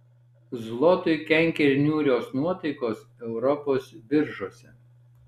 zlotui kenkia ir niūrios nuotaikos europos biržose